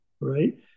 right